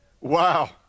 Wow